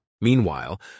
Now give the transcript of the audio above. Meanwhile